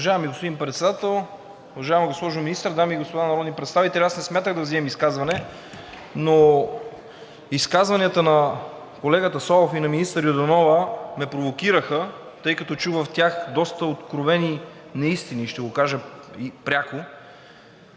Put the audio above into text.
уважаема госпожо Министър, дами и господа народни представители! Аз не смятах да взимам изказване, но изказванията на колегата Славов и на министър Йорданова ме провокираха, тъй като чух в тях доста откровени неистини, ще го кажа пряко.